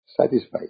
satisfied